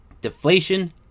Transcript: Deflation